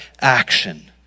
action